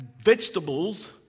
vegetables